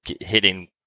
hitting